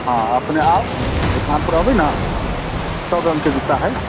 हँ अपने आउ दोकान पर एबै ने सभ रङ्गके जूता हइ